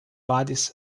bodies